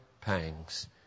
pangs